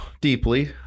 deeply